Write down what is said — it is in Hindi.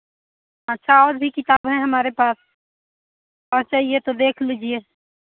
अच्छा औच भी किताब हैं हमारे पास और चाहिए तो देख लीजिये